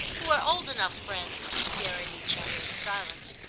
who were old enough friends to stare at each other in silence,